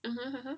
(uh huh)